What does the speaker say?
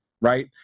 right